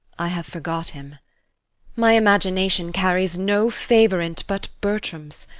i have forgot him my imagination carries no favour in't but bertram's.